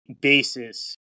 basis